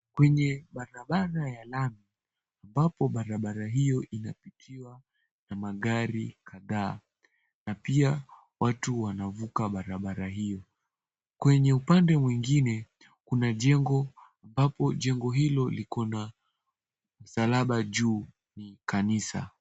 Kwenye barabara ya lami ambapo barabara hiyo inapitiwa na magari kadhaa na pia watu wanavuka barabara hiyo. Kwenye upande mwingine kuna jengo ambapo jengo hilo liko na msalaba juu ni kanisa.